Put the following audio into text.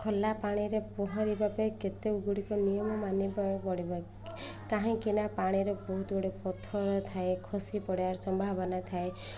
ଖୋଲା ପାଣିରେ ପହଁରିବା ପାଇଁ କେତେ ଗୁଡ଼ିକ ନିୟମ ମାନିବାକୁ ପଡ଼ିବ କାହିଁକି ନା ପାଣିରେ ବହୁତ ଗୁଡ଼େ ପଥର ଥାଏ ଖସି ପଡ଼ିବାର ସମ୍ଭାବନା ଥାଏ